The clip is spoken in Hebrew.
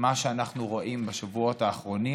מה שאנחנו רואים בשבועות האחרונים